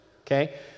okay